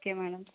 okay madam